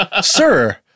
Sir